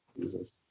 Jesus